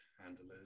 handlers